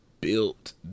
built